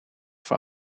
voor